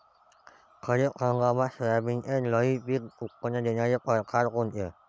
खरीप हंगामात सोयाबीनचे लई उत्पन्न देणारा परकार कोनचा?